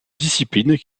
discipline